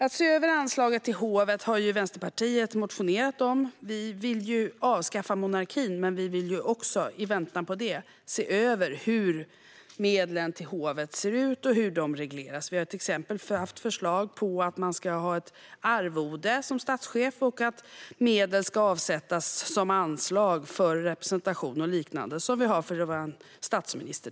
Vänsterpartiet har motionerat om att man ska se över anslaget till hovet. Vi vill avskaffa monarkin, men vi vill i väntan på det se över hur medlen till hovet ser ut och hur de regleras. Vi har till exempel haft förslag om att man som statschef ska ha ett arvode och att medel ska avsättas som anslag för representation och liknande, som vi har för till exempel vår statsminister.